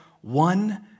one